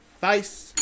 face